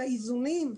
לאיזונים,